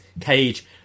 cage